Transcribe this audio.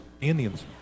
Indians